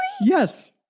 Yes